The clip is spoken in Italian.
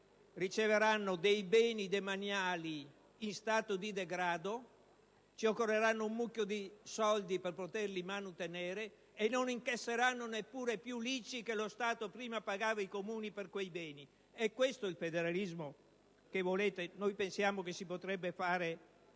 riceveranno dei beni demaniali in stato di degrado, spenderanno un mucchio di soldi per poterli manutenere e non incasseranno nemmeno l'ICI che prima lo Stato pagava ai Comuni per quei beni. È questo il federalismo che volete? Noi pensiamo che si potrebbe fare